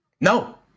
No